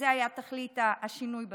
וזו הייתה תכלית השינוי בענישה.